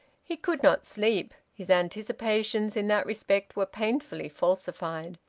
he could not sleep. his anticipations in that respect were painfully falsified.